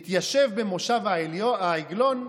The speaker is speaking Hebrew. התיישב במושב העגלון,